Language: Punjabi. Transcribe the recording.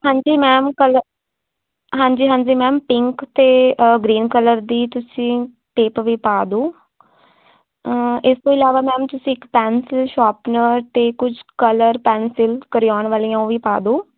ਹਾਂਜੀ ਮੈਮ ਕਲਰ ਹਾਂਜੀ ਹਾਂਜੀ ਮੈਮ ਪਿੰਕ ਅਤੇ ਗਰੀਨ ਕਲਰ ਦੀ ਤੁਸੀਂ ਟੇਪ ਵੀ ਪਾ ਦਿਓ ਇਸ ਤੋਂ ਇਲਾਵਾ ਮੈਮ ਤੁਸੀਂ ਇੱਕ ਪੈੱਨਸਿਲ ਸ਼ੋਪਨਰ ਅਤੇ ਕੁਛ ਕਲਰ ਪੈੱਨਸਿਲ ਕਰਓਨ ਵਾਲੀਆਂ ਉਹ ਵੀ ਪਾ ਦਿਓ